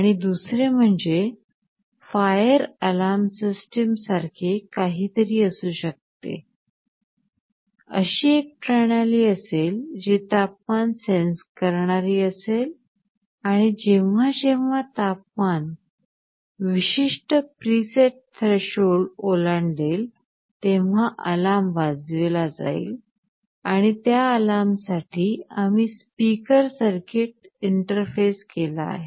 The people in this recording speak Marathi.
आणि दुसरे म्हणजे फायर अलार्म सिस्टम सारखे काहीतरी असू शकते अशी एक प्रणाली असेल जी तापमान सेन्स करणारी असेल आणि जेव्हा जेव्हा तापमान विशिष्ट प्री सेट थ्रेशओल्ड ओलांडेल तेव्हा अलार्म वाजविला जाईल आणि त्या अलार्मसाठी आम्ही स्पीकर सर्किट इंटरफेस केला आहे